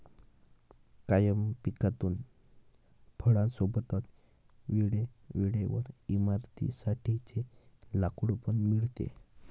कायम पिकातून फळां सोबतच वेळे वेळेवर इमारतीं साठी चे लाकूड पण मिळते